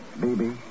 Baby